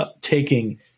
taking